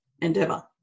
endeavor